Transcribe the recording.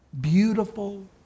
beautiful